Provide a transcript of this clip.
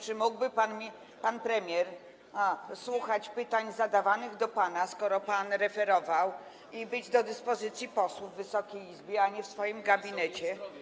Czy mógłby pan premier słuchać pytań zadawanych panu, skoro pan referował, i być do dyspozycji posłów w Wysokiej Izbie, a nie w swoim gabinecie?